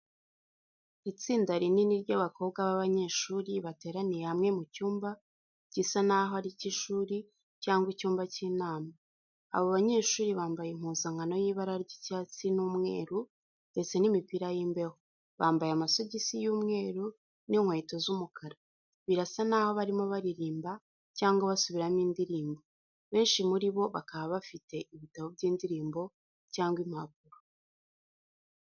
Itsinda rinini ry'abakobwa b'abanyeshuri bateraniye hamwe mu cyumba gisa naho ari icy'ishuri, cyangwa icyumba cy'inama. Abo banyeshuri bambaye impuzankano y'ibara ry'icyatsi n'umweru ndeste n'imipira y'imbeho, bambaye amasogisi y'umweru n'inkweto z'umukara. Birasa naho barimo baririmba cyangwa basubiramo indirimbo, benshi muri bo bakaba bafite ibitabo by'indirimbo cyangwa impapuro.